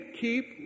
keep